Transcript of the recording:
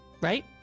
Right